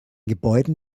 gebäuden